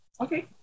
Okay